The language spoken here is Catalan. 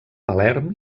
palerm